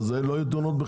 לא יהיו תאונות.